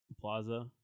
plaza